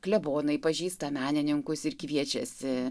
klebonai pažįsta menininkus ir kviečiasi